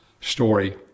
story